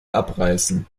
abreißen